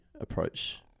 approach